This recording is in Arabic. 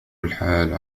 الحال